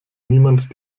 niemand